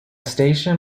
station